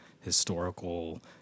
historical